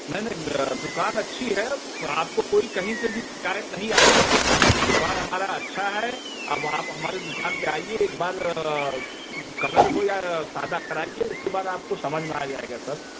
नहीं नहीं दुकान अच्छी है पर आपको को कोई कहीं से भी शिकायत नहीं आएगी दुकान हमारी अच्छी है अब आप हमारी दुकान पर आइए एक बार कलर हो या सादा कराइए उसके बाद समझ में आ जाएगा सर